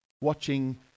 watching